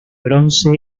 bronce